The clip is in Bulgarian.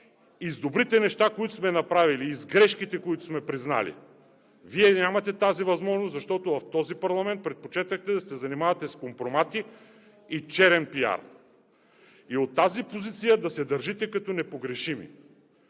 и с добрите неща, които сме направили, и с грешките, които сме признали. Вие нямате тази възможност, защото в този парламент предпочетохте да се занимавате с компромати и черен пиар и от тази позиция да се държите като непогрешими.